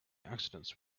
accidents